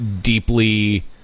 deeply